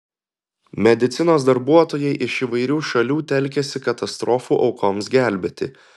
medicinos darbuotojai iš įvairių šalių telkiasi katastrofų aukoms gelbėti